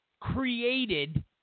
created